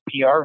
PR